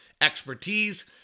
expertise